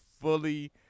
fully